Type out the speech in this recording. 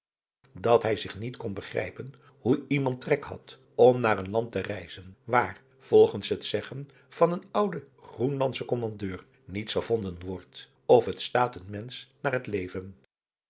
dat hij zich niet kon begrijpen hoe iemand trek had om naar een land te reizen waar volgens het zeggen van een ouden groenlandschen kommandeur niets gevonden wordt of het staat een mensch naar het leven